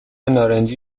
نارنجی